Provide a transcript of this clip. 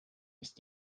ist